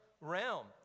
realm